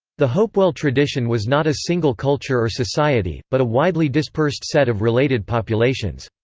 the hopewell tradition was not a single culture or society, but a widely dispersed set of related populations.